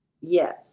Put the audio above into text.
Yes